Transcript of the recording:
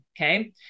okay